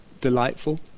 delightful